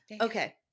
Okay